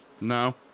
No